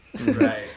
right